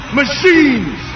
machines